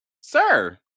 Sir